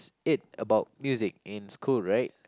it about music in school right